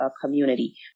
community